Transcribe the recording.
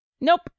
nope